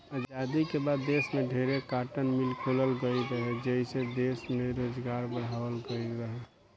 आजादी के बाद देश में ढेरे कार्टन मिल खोलल गईल रहे, जेइसे दश में रोजगार बढ़ावाल गईल रहे